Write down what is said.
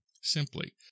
simply